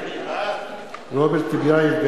בעד רוברט טיבייב,